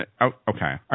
Okay